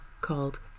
called